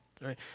Right